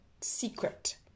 Secret